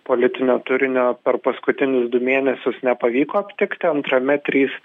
politinio turinio per paskutinius du mėnesius nepavyko aptikti antrame trys